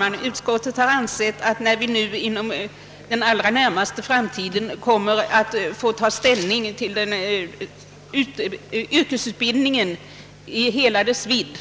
Herr talman! Eftersom vi inom den allra närmaste framtiden kommer att få ta ställning till yrkesutbildningen i hela dess vidd,